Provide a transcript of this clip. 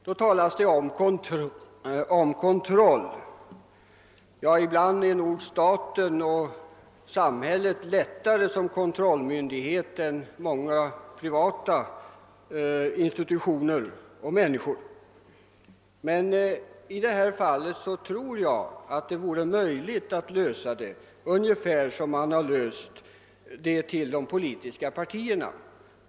Så talar herr Rimås om kontroll, men ibland är nog samhället lättare att ha att göra med som kontrollmyndighet än många privata institutioner och enskilda människor. I detta fall tror jag det är möjligt att lösa frågan ungefär som när det gällde de politiska partierna.